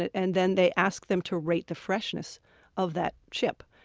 and then they ask them to rate the freshness of that chip.